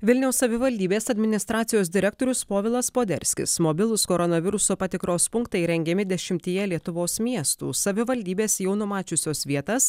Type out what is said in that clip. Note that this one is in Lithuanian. vilniaus savivaldybės administracijos direktorius povilas poderskis mobilūs koronaviruso patikros punktai įrengiami dešimtyje lietuvos miestų savivaldybės jau numačiusios vietas